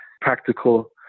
practical